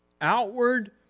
outward